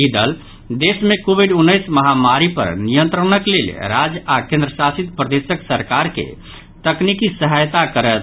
ई दल देश मे कोविड उन्नैस महामारी पर नियंत्रणक लेल राज्य आओर केन्द्र शासित प्रदेशक सरकार के तकनीकी सहायता करत